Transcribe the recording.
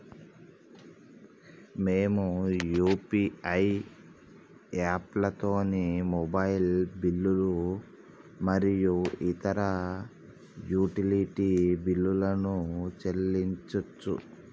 మేము యూ.పీ.ఐ యాప్లతోని మొబైల్ బిల్లులు మరియు ఇతర యుటిలిటీ బిల్లులను చెల్లించచ్చు